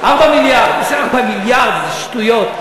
4 מיליארד, איזה 4 מיליארד, זה שטויות.